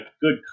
good